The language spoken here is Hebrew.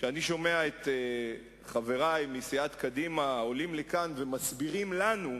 כשאני שומע את חברי מסיעת קדימה עולים כאן ומסבירים לנו,